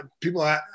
people